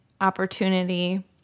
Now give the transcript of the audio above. opportunity